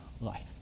life